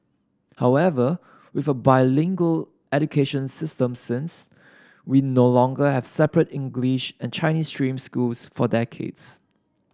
however with a bilingual education system since we no longer have separate English and Chinese stream schools for decades